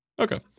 Okay